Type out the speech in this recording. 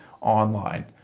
online